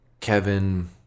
Kevin